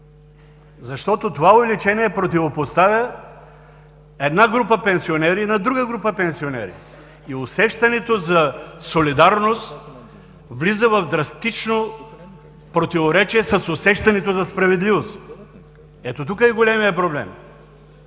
Защото това увеличение противопоставя една група пенсионери на друга група пенсионери и усещането за солидарност влиза в драстично противоречие с усещането за справедливост. Тук е големият проблем